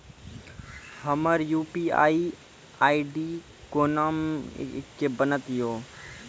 हमर UPI ID कोना के बनत यो?